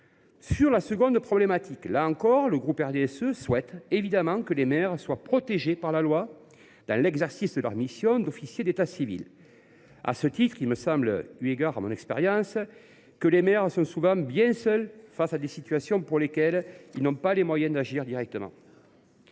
la seconde problématique, les élus du groupe RDSE souhaitent évidemment que les maires soient protégés par la loi dans l’exercice de leur mission d’officier d’état civil. À ce titre, il me semble, eu égard à mon expérience, que les maires sont souvent bien seuls face à des situations dans lesquelles ils n’ont pas les moyens d’agir directement.